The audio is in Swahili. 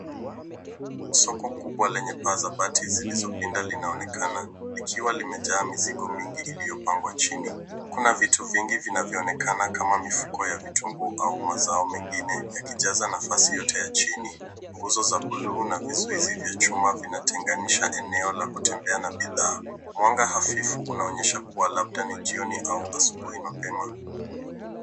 Soko kubwa lenye paa za bati zilizopinda linaonekana likiwa limejaa mizigo mingi iliyopangwa chini. Kuna vitu vingi vinavyoonekana kama mifuko ya vitunguu au mazao mengine yakijaza nafasi yote ya chini. Nguzo za buluu na vizuizi vya chuma vinatenganisha eneo la kutembea na bidhaa. Mwanga hafifu unaonyesha labda kua ni jioni au asubuhi mapema.